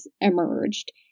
emerged